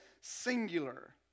singular